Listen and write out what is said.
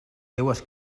seues